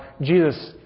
Jesus